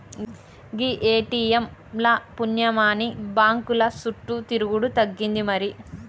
గీ ATM ల పుణ్యమాని బాంకుల సుట్టు తిరుగుడు తగ్గింది మరి